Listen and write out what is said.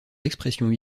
l’expression